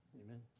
Amen